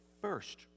first